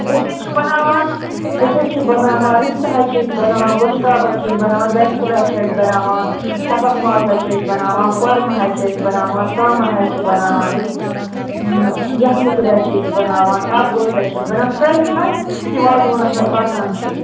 أسۍ حَظ چھِ بَناوان أسۍ حَظ چھِ بَناوان رِستہٕ حظ چھِ أسۍ بَنَاوان گۄشتاب حَظ چھِ أسۍ بَناوان دَنہِ پھوٚل حظ چھِ أسۍ بَنَاوان تَبَکھ ماز حَظ چھِ أسۍ بَناوان کۄرمہٕ حَظ چھِ أسۍ بنَاوان ژامَن حَظ چھِ بناوان أسۍ اۭں یکھنہِ پھٔلۍ حَظ چھِ أسۍ بناوان آبہٕ گوش حَظ چھِ أسۍ بناوان سٲلِم حَظ یہِ وازوانس منٛز آسان چھِ